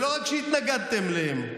שלא רק שהתנגדתם להם,